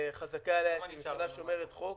חזקה על ממשלת ישראל שהיא ממשלה שומרת חוק.